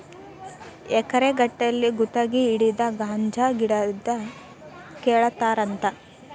ಎಕರೆ ಗಟ್ಟಲೆ ಗುತಗಿ ಹಿಡದ ಗಾಂಜಾ ಗಿಡಾನ ಕೇಳತಾರಂತ